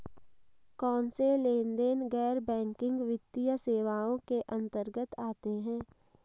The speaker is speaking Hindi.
कौनसे लेनदेन गैर बैंकिंग वित्तीय सेवाओं के अंतर्गत आते हैं?